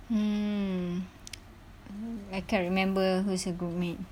mm I can't remember who's her groupmate